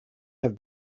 have